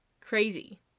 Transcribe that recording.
crazy